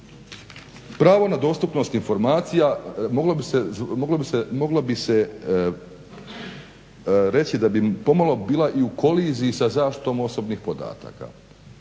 Pravo na dostupnost informacija moglo bi se reći da bi pomalo bila i u koliziji sa zaštitom osobnih podataka.